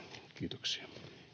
kiitoksia